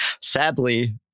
Sadly